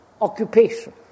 Occupation